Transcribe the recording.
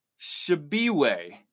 Shibwe